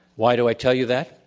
why do i tell you that?